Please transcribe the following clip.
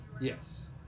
Yes